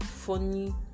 Funny